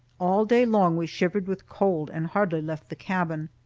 all day long we shivered with cold, and hardly left the cabin.